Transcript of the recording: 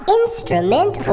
instrument